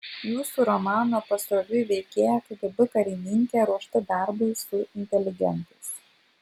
jūsų romano pasroviui veikėja kgb karininkė ruošta darbui su inteligentais